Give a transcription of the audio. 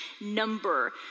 number